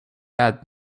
had